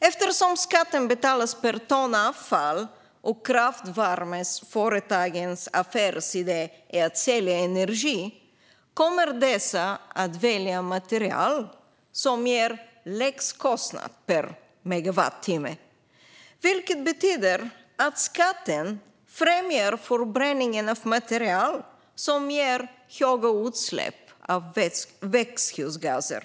Eftersom skatten betalas per ton avfall och kraftvärmeföretagens affärsidé är att sälja energi kommer dessa att välja material som ger lägst kostnad per megawattimme. Det betyder att skatten kommer att främja förbränning av material som ger höga utsläpp av växthusgaser.